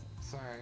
Sorry